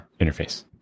interface